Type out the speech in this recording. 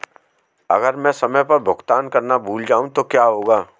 अगर मैं समय पर भुगतान करना भूल जाऊं तो क्या होगा?